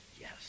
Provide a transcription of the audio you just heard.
yes